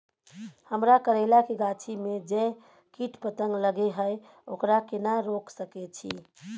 हमरा करैला के गाछी में जै कीट पतंग लगे हैं ओकरा केना रोक सके छी?